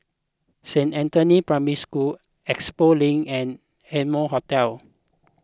Saint Anthony's Primary School Expo Link and Amoy Hotel